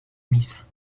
misa